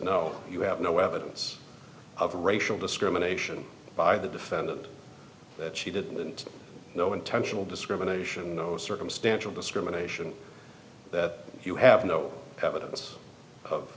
drains you have no evidence of racial discrimination by the defendant that she didn't know intentional discrimination circumstantial discrimination that you have no evidence of